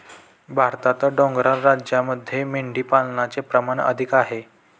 भारतात डोंगराळ राज्यांमध्ये मेंढीपालनाचे प्रमाण अधिक आहे